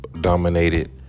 dominated